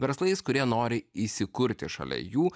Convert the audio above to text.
verslais kurie nori įsikurti šalia jų